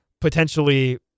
potentially